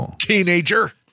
teenager